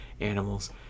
animals